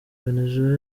venezuela